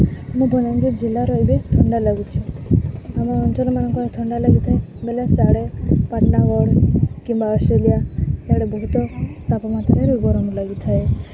ଆମ ବଲାଙ୍ଗୀର ଜିଲ୍ଲାର ଏବେ ଥଣ୍ଡା ଲାଗୁଛି ଆମ ଅଞ୍ଚଲମାନଙ୍କରେ ଥଣ୍ଡା ଲାଗିଥାଏ ବେଲେ ସାଡ଼େ ପାଟନାଗଡ଼ କିମ୍ବା ଅଷ୍ଟ୍ରେଲିଆ ସିଆଡ଼େ ବହୁତ ତାପମାତ୍ରରେ ଗରମ ଲାଗିଥାଏ